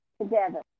together